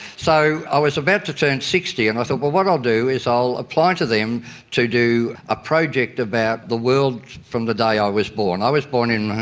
so i was about to turn sixty and i thought, well, what i'll do is i'll apply to them to do a project about the world from the day i ah was born. i was born in,